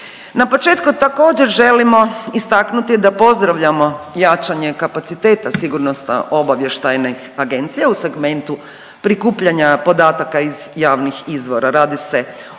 Na početku, također, želimo istaknuti da pozdravljamo jačanje kapaciteta sigurnosno-obavještajnih agencija u segmentu prikupljanja podataka iz javnih izvora. Radi se o važnom,